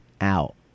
out